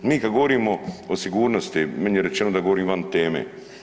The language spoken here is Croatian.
Mi kad govorimo o sigurnosti, meni je rečeno da govorim van teme.